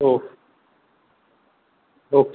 हो ओके